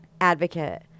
advocate